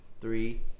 three